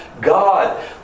God